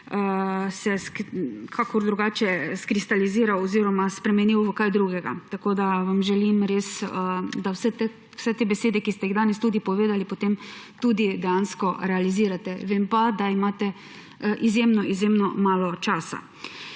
kako drugače izkristaliziral oziroma spremenil v kaj drugega. Želim vam, da vse te besede, ki ste jih danes tudi povedali, potem tudi dejansko realizirate. Vem pa, da imate izjemno izjemno malo časa.